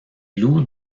loups